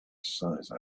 size